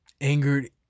angered